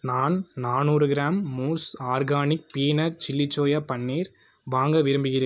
நான் நாநூறு கிராம் மூஸ் organic peanut chilli soya paneer வாங்க விரும்புகிறேன்